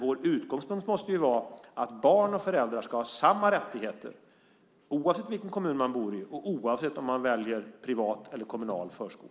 Vår utgångspunkt måste vara att barn och föräldrar ska ha samma rättigheter oavsett vilken kommun man bor i och oavsett om man väljer privat eller kommunal förskola.